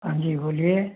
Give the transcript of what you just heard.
हाँ जी बोलिए